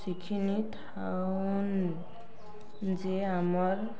ଶିଖିନି ଥାଉନ୍ ଯେ ଆମର୍